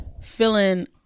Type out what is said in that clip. filling